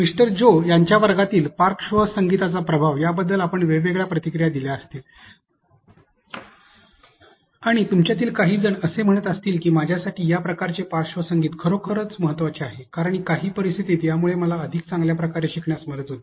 mister Joe यांच्या वर्गातील पार्श्वसंगीताचा प्रभाव याबद्दल आपण वेगवेगळ्या प्रतिक्रिया दिल्या असतील आणि तुमच्यातील काही जण असे म्हणतील की माझ्यासाठी या प्रकारचे पार्श्वसंगीत खरोखर महत्वाचे आहे कारण काही परिस्थितीत यामुळे मला अधिक चांगल्या प्रकारे शिकण्यास मदत होते